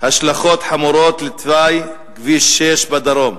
ההשלכות החמורות של תוואי כביש 6 בדרום,